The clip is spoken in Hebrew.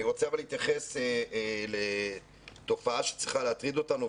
אני רוצה להתייחס לתופעה שצריכה להטריד אותנו,